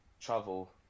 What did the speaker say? travel